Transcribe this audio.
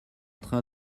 train